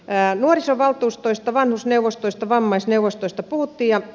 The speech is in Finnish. nuorisovaltuustoista vanhusneuvostoista vammaisneuvostoista puhuttiin